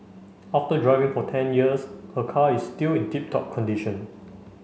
after driving for ten years her car is still in tip top condition